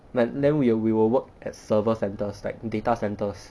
then then we will we will work at server centres like data centres